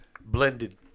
Blended